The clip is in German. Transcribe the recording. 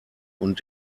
und